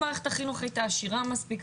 אם מערכת החינוך הייתה עשירה מספיק,